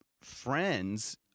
friends